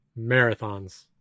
Marathons